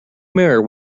mare